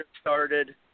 started